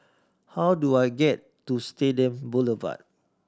how do I get to Stadium Boulevard